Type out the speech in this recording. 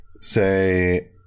say